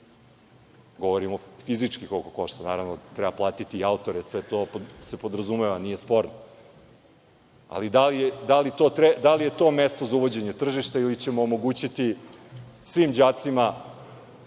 Govorim fizički koliko košta. Naravno da treba platiti i autore i sve to se podrazumeva. Nije sporno. Ali da li je to mesto za uvođenje tržišta ili ćemo omogućiti svim đacima